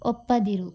ಒಪ್ಪದಿರು